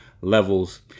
Levels